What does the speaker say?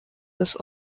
des